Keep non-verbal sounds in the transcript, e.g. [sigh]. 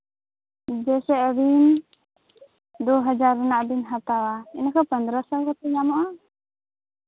ᱡᱮᱭᱥᱮ ᱟᱹᱵᱤᱱ ᱫᱩ ᱦᱟᱡᱟᱨ ᱨᱮᱱᱟᱜ ᱠᱚ ᱦᱟᱛᱟᱣᱟ ᱮᱱᱠᱷᱟᱱ ᱯᱚᱱᱨᱚ ᱥᱚ [unintelligible] ᱧᱟᱢᱚᱜᱼᱟ